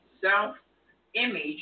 self-image